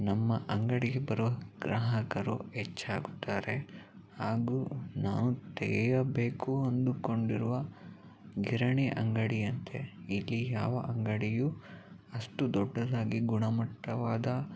ನಮ್ಮ ಅಂಗಡಿಗೆ ಬರೋ ಗ್ರಾಹಕರು ಹೆಚ್ಚಾಗುತ್ತಾರೆ ಹಾಗೂ ನಾವು ತೆಗೆಯಬೇಕು ಅಂದುಕೊಂಡಿರುವ ಗಿರಣಿ ಅಂಗಡಿಯಂತೆ ಇಲ್ಲಿ ಯಾವ ಅಂಗಡಿಯೂ ಅಷ್ಟು ದೊಡ್ಡದಾಗಿ ಗುಣಮಟ್ಟವಾದ